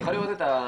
תודה.